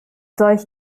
solch